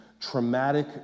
traumatic